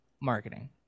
marketing